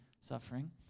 suffering